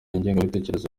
ingengabitekerezo